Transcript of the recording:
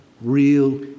real